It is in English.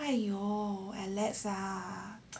!aiyo! relax lah